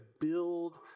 build